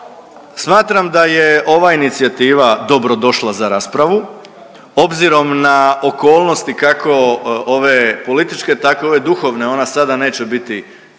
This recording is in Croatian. Smatram da je ova inicijativa dobro došla za raspravu obzirom na okolnosti kako ove političke, tako i ove duhovne. Ona sada neće biti